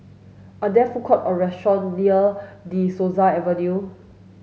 are there food court or restaurant near De Souza Avenue